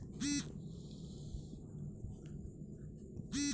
আমি আমার debit card হারানোর খবর সম্পর্কে অবহিত করতে চাই